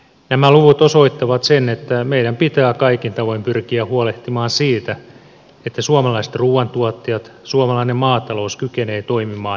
nämä luvut osoittavat sen että meidän pitää kaikin tavoin pyrkiä huolehtimaan siitä että suomalaiset ruuantuottajat ja suomalainen maatalous kykenevät toimimaan kannattavasti